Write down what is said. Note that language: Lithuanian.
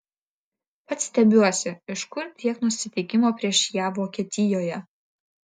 pats stebiuosi iš kur tiek nusiteikimo prieš jav vokietijoje